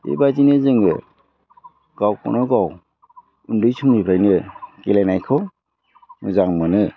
बेबायदिनो जोङो गावखौनो गाव उन्दै समनिफ्रायनो गेलेनायखौ मोजां मोनो